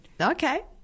Okay